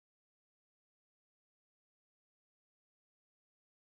oh ya ya ya ya ya we was right eh I saw Xiaxue's [one]